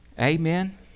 amen